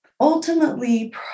ultimately